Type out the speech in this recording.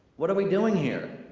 what are we doing here?